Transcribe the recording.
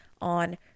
on